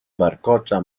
warkocza